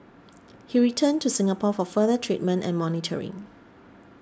he returned to Singapore for further treatment and monitoring